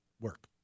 work